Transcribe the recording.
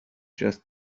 just